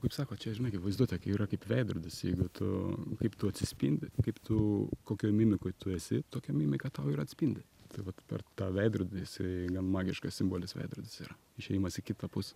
kaip sako čia žinai kaip vaizduotė kai yra kaip veidrodis jeigu tu kaip tu atsispindi kaip tu kokioj mimikoj tu esi tokią mimiką tau ir atspindi tai vat per tą veidrodį jisai magiškas simbolis veidrodis yra išėjimas į kitapus